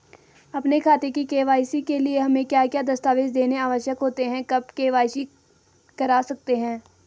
अपने खाते की के.वाई.सी के लिए हमें क्या क्या दस्तावेज़ देने आवश्यक होते हैं कब के.वाई.सी करा सकते हैं?